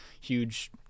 huge